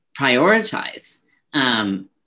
prioritize